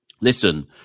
Listen